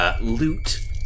loot